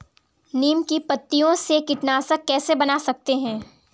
नीम की पत्तियों से कीटनाशक कैसे बना सकते हैं?